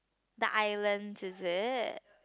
the island is it